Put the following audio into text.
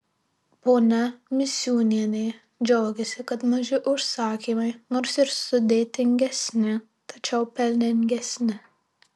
ponia misiūnienė džiaugiasi kad maži užsakymai nors ir sudėtingesni tačiau pelningesni